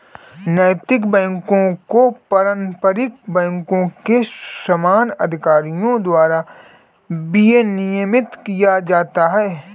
नैतिक बैकों को पारंपरिक बैंकों के समान अधिकारियों द्वारा विनियमित किया जाता है